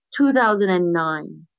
2009